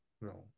No